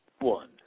one